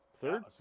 Third